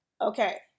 Okay